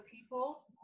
people